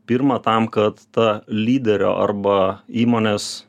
pirma tam kad ta lyderio arba įmonės